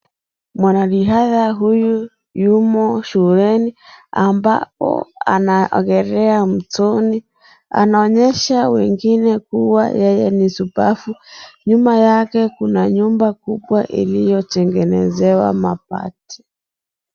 Mwanariadha huyu yumo shuleni ambapo anaogelea mtoni. Anaonyesha wengine kuwa yeye ni shupavu. Nyuma yake kuna nyumba kubwa iliyotengenezewa mabati.